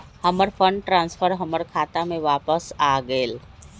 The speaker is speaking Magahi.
हमर फंड ट्रांसफर हमर खाता में वापस आ गेल